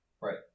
Right